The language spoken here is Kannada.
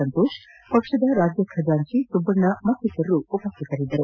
ಸಂತೋಷ್ ಪಕ್ಷದ ರಾಜ್ಯ ಖಜಾಂಚಿ ಸುಬ್ಲಣ್ಣ ಮತ್ತಿತರರು ಉಪಸ್ಟಿತರಿದ್ದರು